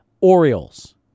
Orioles